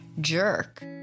jerk